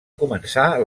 començar